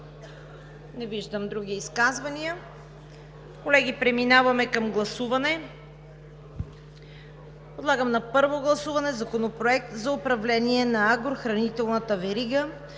Не виждам. Други изказвания? Няма. Преминаваме към гласуване. Подлагам на първо гласуване Законопроект за управление на агрохранителната верига,